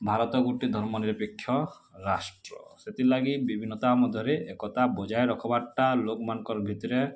ଭାରତ ଗୁଟେ ଧର୍ମ ନିରପେକ୍ଷ ରାଷ୍ଟ୍ର ସେଥିରଲାଗି ବିଭିନ୍ନତା ମଧ୍ୟରେ ଏକତା ବଜାୟ ରଖବାର୍ ଟା ଲୋକମାନଙ୍କର୍ ଭିତରେ